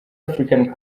african